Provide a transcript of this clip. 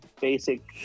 basic